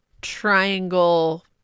triangle